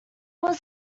was